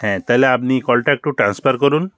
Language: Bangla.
হ্যাঁ তাহলে আপনি কলটা একটু ট্রান্সফার করুন